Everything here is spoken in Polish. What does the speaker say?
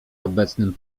obecnym